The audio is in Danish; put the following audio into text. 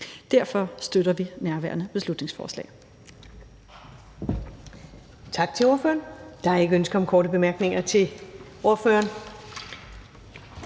Derfor støtter vi nærværende beslutningsforslag.